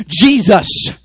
Jesus